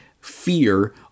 fear